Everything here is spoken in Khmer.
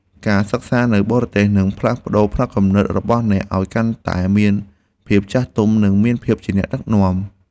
ការសិក្សានៅបរទេសនឹងផ្លាស់ប្តូរផ្នត់គំនិតរបស់អ្នកឱ្យកាន់តែមានភាពចាស់ទុំនិងមានភាពជាអ្នកដឹកនាំ។